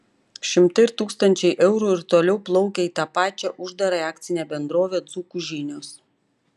šimtai ir tūkstančiai eurų ir toliau plaukia į tą pačią uždarąją akcinę bendrovę dzūkų žinios